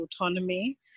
autonomy